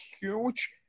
huge